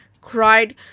cried